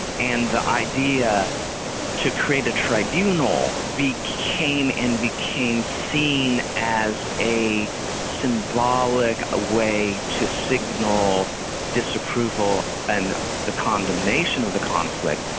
and the idea to create a tribunal became and became seen as a symbolic ah way to signal disapproval and the condemnation of the conflict.